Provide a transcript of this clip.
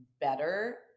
better